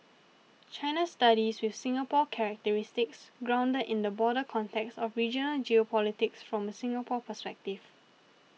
China studies with Singapore characteristics grounded in the broader context of regional geopolitics from a Singapore perspective